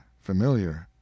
familiar